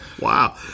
Wow